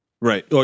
Right